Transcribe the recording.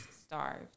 starved